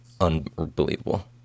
unbelievable